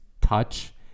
touch